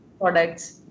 products